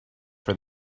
for